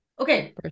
Okay